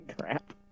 Crap